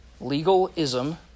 legalism